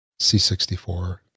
C64